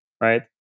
right